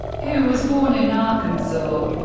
who was born in arkansas.